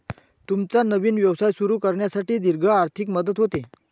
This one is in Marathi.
तुमचा नवीन व्यवसाय सुरू करण्यासाठी दीर्घ आर्थिक मदत होते